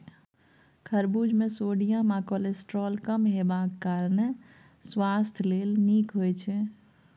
खरबुज मे सोडियम आ कोलेस्ट्रॉल कम हेबाक कारणेँ सुआस्थ लेल नीक होइ छै